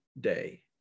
day